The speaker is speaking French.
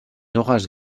orage